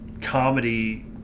comedy